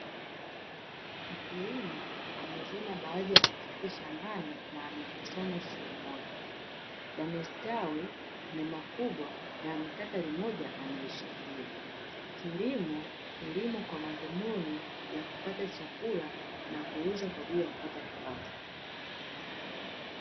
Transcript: Mkulima amevuna baadhi ya matikiti shambani, na ameyakusanya sehemu moja, yamestawi. Ni makubwa na amekata limoja na amelishikilia. Kilimo hulimwa kwa madhumuni ya kupata chakula na kuuzwa kwa ajili ya kupata kipato.